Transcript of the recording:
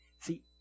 See